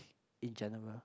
in general